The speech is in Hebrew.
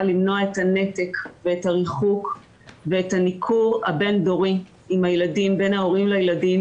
למנוע את הנתק ואת הריחוק ואת הניכור הבין-דורי בין ההורים לילדים,